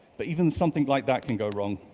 but even something like that can go wrong,